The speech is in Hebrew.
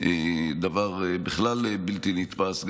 דבר בכלל בלתי נתפס.